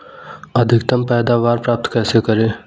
अधिकतम पैदावार प्राप्त कैसे करें?